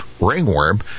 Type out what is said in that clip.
ringworm